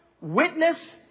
witness